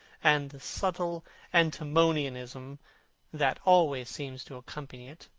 and the subtle antinomianism that always seems to accompany it,